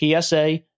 PSA